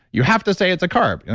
you have to say it's a carb. and